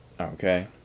okay